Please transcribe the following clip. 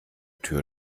tür